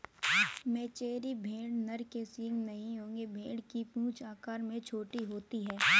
मेचेरी भेड़ नर के सींग नहीं होंगे भेड़ की पूंछ आकार में छोटी होती है